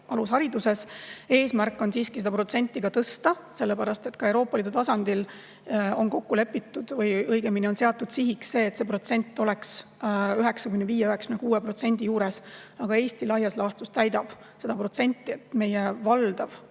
alushariduses. Eesmärk on siiski seda protsenti tõsta, sellepärast et ka Euroopa Liidu tasandil on kokku lepitud või õigemini on seatud sihiks see, et see protsent oleks 95 või 96 juures. Aga Eesti laias laastus täidab seda protsenti, meie valdav